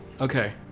Okay